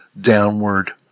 downward